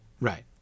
Right